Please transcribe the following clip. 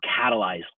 catalyze